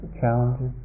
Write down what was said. challenges